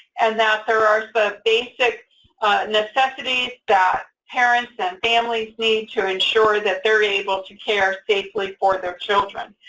and that there are some basic necessities that parents and families need to ensure that they're able to care safely for their children.